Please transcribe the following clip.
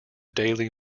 daily